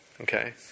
Okay